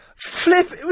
Flip